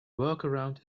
workaround